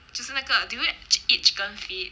就是那个 do you eat chicken feet